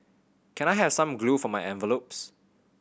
can I have some glue for my envelopes